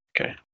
okay